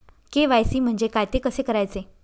KYC म्हणजे काय? ते कसे करायचे?